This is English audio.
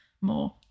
more